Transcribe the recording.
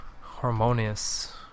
harmonious